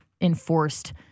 enforced